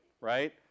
right